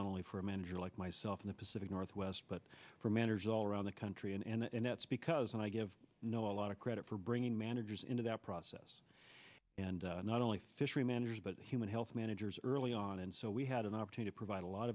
not only for a manager like myself in the pacific northwest but for manners all around the country and that's because i give no a lot of credit for bringing managers into that process and not only fishery managers but human health managers early on and so we had an opportunity provide a lot